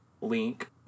link